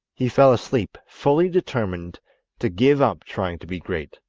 he fell asleep fully determined to give up trying to be great,